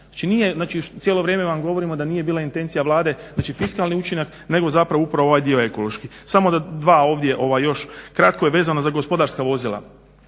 znači cijelo vrijeme vam govorimo da nije bila intencija Vlade, znači fiskalni učinak nego zapravo upravo ovaj dio ekološki. Samo dva ovdje ova još kratko je vezano za gospodarska vozila,